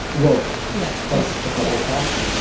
well yeah. plus a couple of taxes.